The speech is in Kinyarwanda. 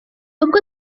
ubwo